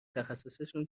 تخصصشون